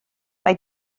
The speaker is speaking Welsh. mae